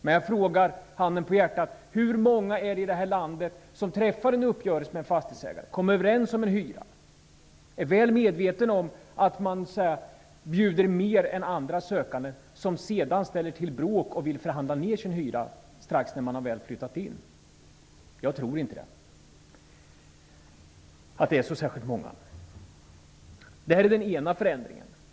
Men, handen på hjärtat: Hur många är det i detta land som träffar en uppgörelse med en fastighetsägare, som kommer överens om en hyra och som är väl medvetna om att de bjuder mer än andra sökande och som sedan ställer till bråk och vill förhandla ner sin hyra strax efter inflyttningen? Jag tror inte att det är fråga om särskilt många. Detta var den ena förändringen.